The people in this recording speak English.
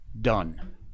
done